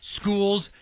schools